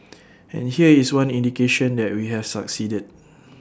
and here is one indication that we have succeeded